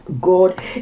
God